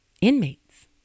inmates